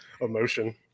emotion